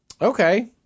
Okay